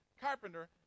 carpenter